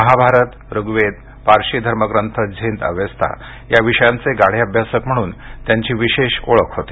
महाभारत ऋग्वेद पारशी धर्मग्रंथ Zend Avesta या विषयांचे गाढे अभ्यासक म्हणून त्यांची विशेष ओळख होती